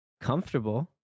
comfortable